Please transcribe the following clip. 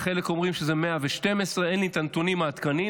חלק אומרים שזה 112. אין לי את הנתונים העדכניים,